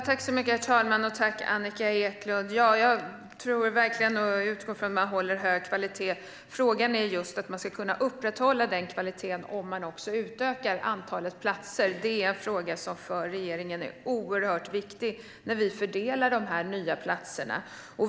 Herr talman! Tack, Annika Eclund! Jag tror verkligen att man håller en hög kvalitet, och jag utgår från att man gör det. Frågan handlar just om att utbildningarna ska kunna upprätthålla denna kvalitet om man också utökar antalet platser. Det är en fråga som är oerhört viktig för regeringen när vi fördelar de nya platserna.